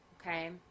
okay